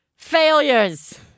failures